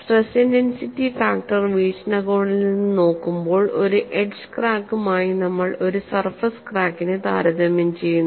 stress intensity factor വീക്ഷണകോണിൽ നിന്നു നോക്കുമ്പോൾ ഒരു എഡ്ജ് ക്രാക്കുമായി നമ്മൾ ഒരു സർഫസ് ക്രാക്കിനെ താരതമ്യം ചെയ്യുന്നു